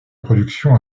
production